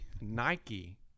Nike